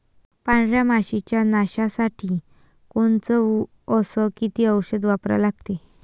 पांढऱ्या माशी च्या नाशा साठी कोनचं अस किती औषध वापरा लागते?